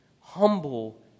humble